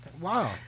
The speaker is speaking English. Wow